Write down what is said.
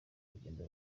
urugendo